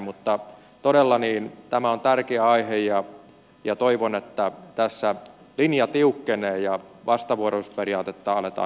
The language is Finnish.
mutta todella tämä on tärkeä aihe ja toivon että tässä linja tiukkenee ja vastavuoroisuusperiaatetta aletaan noudattaa